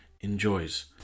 enjoys